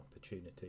opportunity